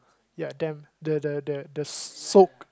ya damp the the the the soaked